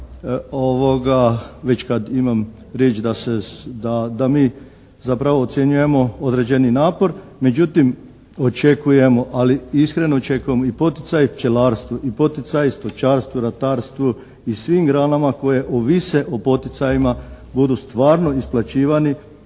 već kad imam riječ da mi zapravo ocjenjujemo određeni napor. Međutim očekujemo, ali iskreno očekujemo i poticaj pčelarstvu i poticaj stočarstvu, ratarstvu i svim granama koje ovise o poticajima budu stvarno isplaćivani.